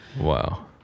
Wow